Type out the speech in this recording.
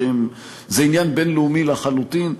זה עניין בין-לאומי לחלוטין.